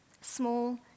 Small